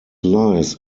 lies